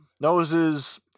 noses